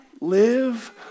live